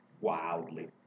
wildly